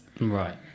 Right